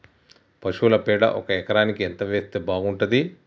పశువుల పేడ ఒక ఎకరానికి ఎంత వేస్తే బాగుంటది?